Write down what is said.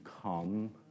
come